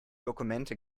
dokumente